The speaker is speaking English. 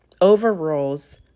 overrules